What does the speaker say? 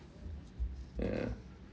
ya